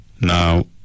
Now